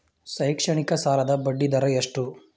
ಶೈಕ್ಷಣಿಕ ಸಾಲದ ಬಡ್ಡಿ ದರ ಎಷ್ಟು?